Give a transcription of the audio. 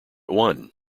one